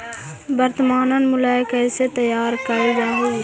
वर्तनमान मूल्य कइसे तैयार कैल जा हइ?